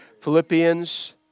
Philippians